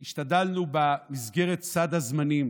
השתדלנו, במסגרת סד הזמנים